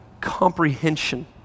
comprehension